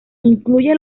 incluye